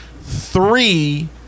three